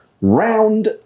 round